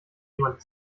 jemand